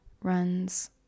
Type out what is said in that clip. runs